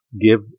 Give